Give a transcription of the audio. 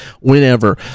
whenever